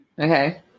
Okay